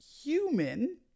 human